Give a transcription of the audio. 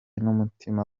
n’umutima